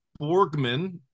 Borgman